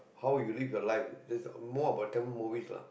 how you live your life it's more about Tamil movies lah